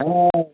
হ্যাঁ